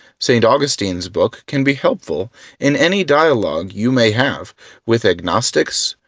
st. augustine's book can be helpful in any dialog you may have with agnostics,